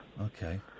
Okay